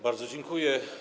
Bardzo dziękuję.